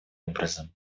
образом